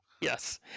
Yes